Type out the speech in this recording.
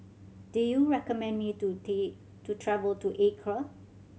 do you recommend me to take to travel to Accra